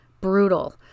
brutal